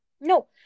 No